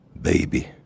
baby